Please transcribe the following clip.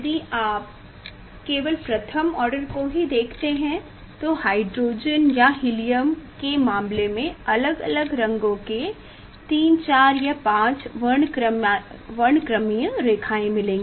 यदि आप केवल प्रथम ऑर्डर को ही देखते हैं तो हाइड्रोजन या हीलियम के मामले में अलग अलग रंगों के 3 4 5 वर्णक्रमीय रेखाएँ मिलेंगी